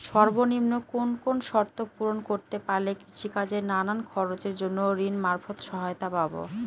সর্বনিম্ন কোন কোন শর্ত পূরণ করতে পারলে কৃষিকাজের নানান খরচের জন্য ঋণ মারফত সহায়তা পাব?